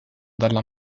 dalla